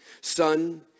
Son